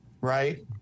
Right